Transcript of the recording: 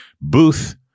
Booth